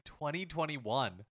2021